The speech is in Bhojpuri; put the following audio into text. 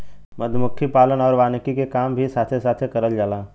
मधुमक्खी पालन आउर वानिकी के काम भी साथे साथे करल जाला